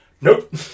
nope